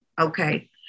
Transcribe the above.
Okay